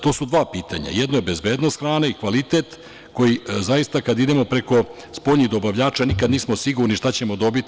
To su dva pitanja, jedno je bezbednost hrane i kvalitet, koji zaista kada idemo preko spoljnih dobavljača, nikad nismo sigurni šta ćemo dobiti.